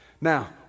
Now